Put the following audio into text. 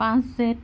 পাঁচ জেঠ